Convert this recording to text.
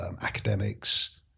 academics